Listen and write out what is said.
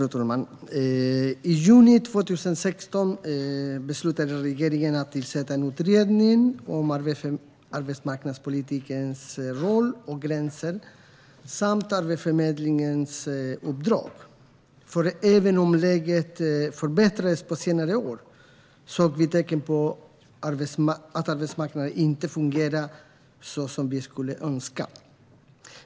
Fru talman! I juni 2016 beslutade regeringen att tillsätta en utredning om arbetsmarknadspolitikens roll och gränser samt Arbetsförmedlingens uppdrag. Även om läget förbättrats på senare år såg vi tecken på att arbetsmarknaden inte fungerade så som vi skulle önska.